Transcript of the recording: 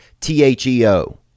T-H-E-O